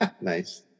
nice